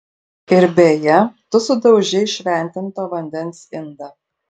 ir beje tu sudaužei šventinto vandens indą